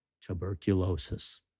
tuberculosis